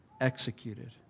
executed